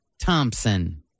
Thompson